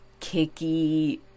kicky